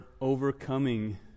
overcoming